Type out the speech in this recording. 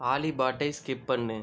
ஆலி பாட்டை ஸ்கிப் பண்ணு